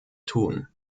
tun